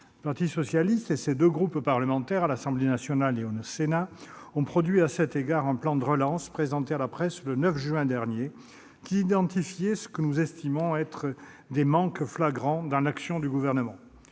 parti socialiste et ses deux groupes parlementaires, à l'Assemblée nationale et au Sénat, ont produit un plan de relance, présenté à la presse le 9 juin dernier. Ce plan identifiait ce que nous considérons comme des manques flagrants dans l'action du Gouvernement.